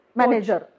manager